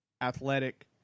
athletic